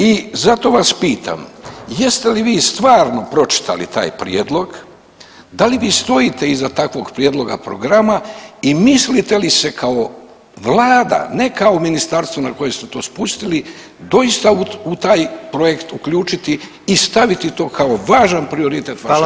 I zato vas pitam, jeste li vi stvarno pročitali taj prijedlog, da li vi stojite iza takvog prijedloga programa i mislite li se kao vlada, ne kao ministarstvo na koje ste to spustili doista u taj projekt uključiti i staviti to kao važan prioritet vaše vlade?